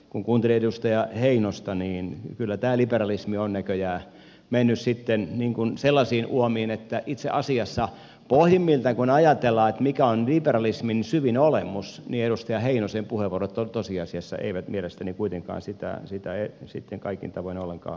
kun kuuntelee edustaja heinosta niin kyllä tämä liberalismi on näköjään mennyt sellaisiin uomiin että itse asiassa pohjimmiltaan kun ajatellaan mikä on liberalismin syvin olemus niin edustaja heinosen puheenvuorot tosiasiassa eivät mielestäni kuitenkaan sitä kaikin tavoin ollenkaan edusta